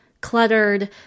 cluttered